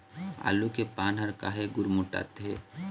आलू के पान हर काहे गुरमुटाथे?